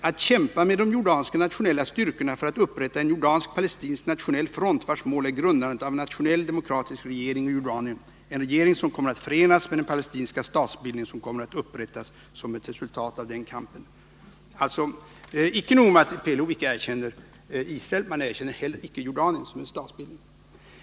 Att kämpa med de jordanska nationella styrkorna för att upprätta en 147 jordansk-palestinsk nationell front vars mål är grundandet av en nationell demokratisk regering i Jordanien — en regering som kommer att förenas med den palestinska statsbildning som kommer att upprättas som ett resultat av kampen.” Alltså: Icke nog med att PLO inte erkänner Israel — man erkänner inte heller Jordanien som en statsbildning.